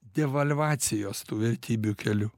devalvacijos tų vertybių keliu